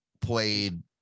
played